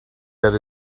that